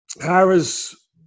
Harris